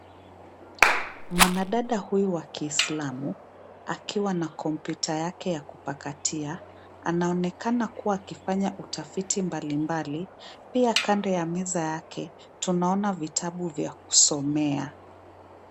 Mwanadada huyu wa Kiislamu, akiwa na kompyuta yake ya kupakatia, anaonekana kuwa akifanya utafiti mbalimbali, pia kando ya meza yake, tunaona vitabu vya kusomea.